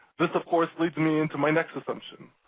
this of course leads me into my next assumption